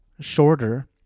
shorter